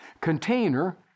Container